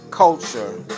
Culture